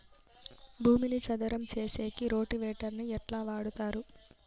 భూమిని చదరం సేసేకి రోటివేటర్ ని ఎట్లా వాడుతారు?